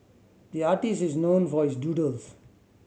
the artist is known for his doodles